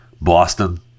Boston